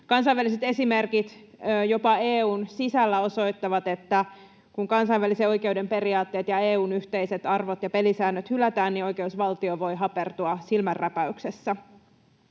Kansainväliset esimerkit jopa EU:n sisällä osoittavat, että kun kansainvälisen oikeuden periaatteet ja EU:n yhteiset arvot ja pelisäännöt hylätään, niin oikeusvaltio voi hapertua silmänräpäyksessä.